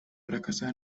fracasar